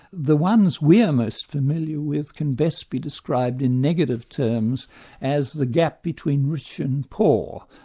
the ones we are most familiar with can best be described in negative terms as the gap between rich and poor.